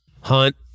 Hunt